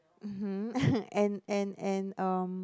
mmhmm and and and um